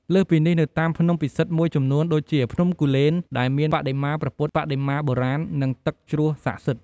លើសពីនេះ នៅតាមភ្នំពិសិដ្ឋមួយចំនួនដូចជា ភ្នំគូលែន ដែលមានបដិមាព្រះពុទ្ធបដិមាបុរាណ និងទឹកជ្រោះស័ក្តិសិទ្ធិ។